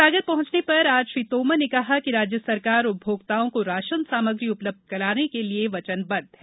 सागर पहुंचने पर आज श्री तोमर ने कहा कि राज्य सरकार उपभोक्ताओं को राशन सामग्री उपलब्ध कराने के लिये वचनबद्ध है